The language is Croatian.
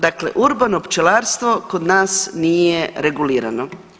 Dakle, urbano pčelarstvo kod nas nije regulirano.